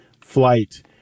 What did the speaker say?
flight